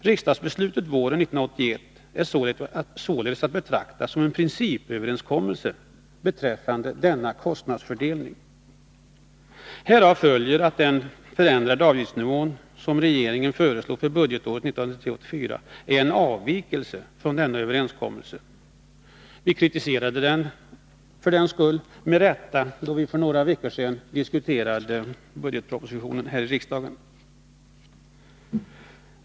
Riksdagsbeslutet våren 1981 är således att betrakta som en principöverenskommelse beträffande denna kostnadsfördelning. Härav följer att den förändrade avgiftsnivå som regeringen föreslår för budgetåret 1983/84 är en avvikelse från den överenskommelsen. Vi kritiserade den för den skull med rätta, då vi för några veckor sedan diskuterade budgetpropositionen här i riksdagen.